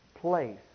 place